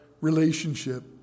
relationship